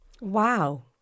Wow